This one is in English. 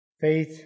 faith